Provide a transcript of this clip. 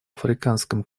африканском